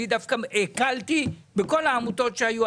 אני דווקא הקלתי בכל העמותות שהיו.